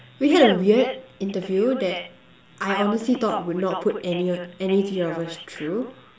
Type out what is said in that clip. we had a weird interview that I honestly thought would not put any any three of us through